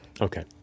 Okay